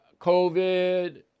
COVID